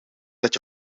dat